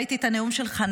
ראיתי את הנאום שלך,